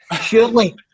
surely